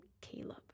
Caleb